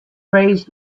raised